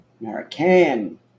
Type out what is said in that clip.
American